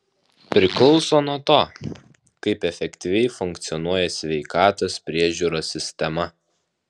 priklauso nuo to kaip efektyviai funkcionuoja sveikatos priežiūros sistema